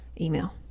email